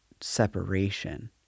separation